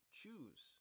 choose